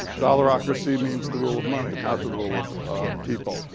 dollarocracy means the rule of money, not the rule of people.